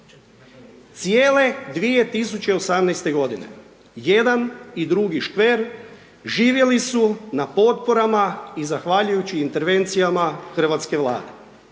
Cijele 2018.-te godine i jedan i drugi škver živjeli su na potporama i zahvaljujući intervencijama hrvatske Vlade.